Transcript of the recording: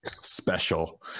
special